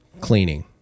Cleaning